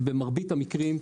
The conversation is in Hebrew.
במרבית המקרים,